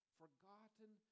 forgotten